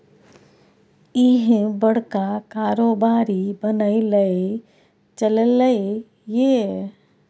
इह बड़का कारोबारी बनय लए चललै ये